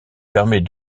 permet